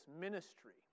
ministry